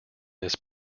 this